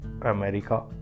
America